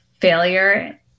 failure